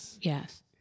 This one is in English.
yes